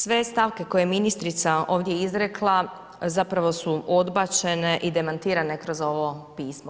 Sve stavke koje je ministrica ovdje izrekla zapravo su odbačene i demantirane kroz ovo pismo.